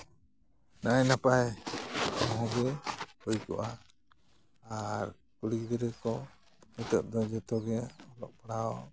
ᱱᱟᱭᱼᱱᱟᱯᱟᱭ ᱚᱦᱚᱜᱮ ᱦᱩᱭ ᱠᱚᱜᱼᱟ ᱟᱨ ᱠᱩᱲᱤ ᱜᱤᱫᱽᱨᱟᱹ ᱠᱚ ᱱᱤᱛᱳᱜ ᱫᱚ ᱡᱚᱛᱚ ᱜᱮ ᱚᱞᱚᱜ ᱯᱟᱲᱦᱟᱣ